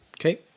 Okay